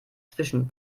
zwischen